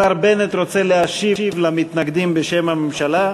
השר בנט רוצה להשיב למתנגדים בשם הממשלה.